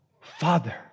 Father